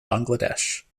bangladesh